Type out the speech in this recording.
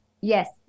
Yes